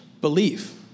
belief